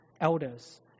elders